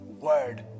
word